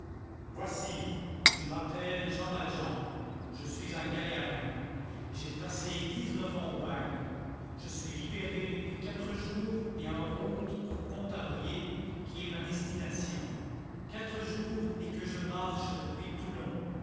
voici je m'appelle jean valjean je suis un galérien j'ai passé dix-neuf ans au bagne je suis libéré depuis quatre jours et en route pour pontarlier qui est ma destination quatre jours et que je marche depuis toulon